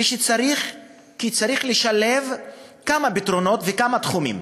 כי צריך לשלב כמה פתרונות בכמה תחומים.